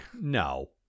no